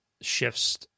shifts